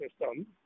system